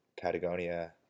Patagonia